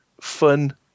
fun